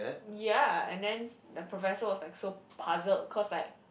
ya and then the professor was like so puzzled cause like